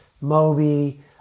Moby